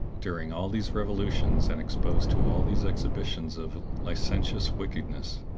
during all these revolutions, and exposed to all these exhibitions of licentious wickedness,